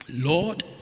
Lord